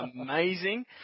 amazing